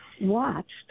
watched